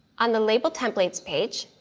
on the label templates page,